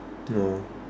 no